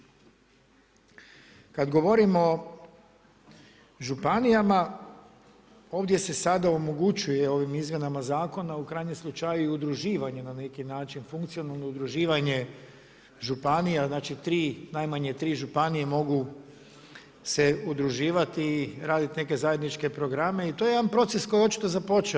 Kada govorimo o županijama, ovdje se sada omogućuje ovim izmjenama zakona u krajnjem slučaju i udruživanje na neki način, funkcionalno udruživanje županija znači tri, najmanje tri županije mogu se udruživati i raditi neke zajedničke programe i to je jedan proces koji je očito započeo.